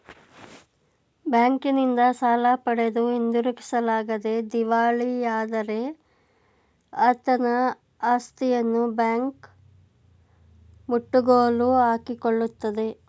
ಬ್ಯಾಂಕಿನಿಂದ ಸಾಲ ಪಡೆದು ಹಿಂದಿರುಗಿಸಲಾಗದೆ ದಿವಾಳಿಯಾದರೆ ಆತನ ಆಸ್ತಿಯನ್ನು ಬ್ಯಾಂಕ್ ಮುಟ್ಟುಗೋಲು ಹಾಕಿಕೊಳ್ಳುತ್ತದೆ